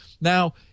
now